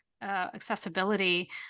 accessibility